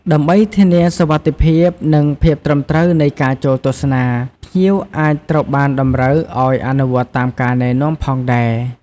ដើម្បីធានាសុវត្ថិភាព និងភាពត្រឹមត្រូវនៃការចូលទស្សនា ភ្ញៀវអាចត្រូវបានតម្រូវឲ្យអនុវត្តតាមការណែនាំផងដែរ។